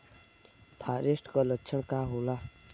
फारेस्ट के लक्षण का होला?